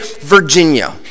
Virginia